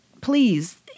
please